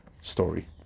story